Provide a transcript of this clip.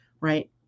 right